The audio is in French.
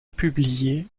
publiées